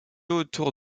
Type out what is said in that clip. autour